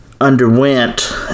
Underwent